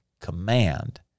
command